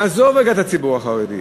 נעזוב רגע את הציבור החרדי.